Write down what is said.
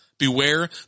Beware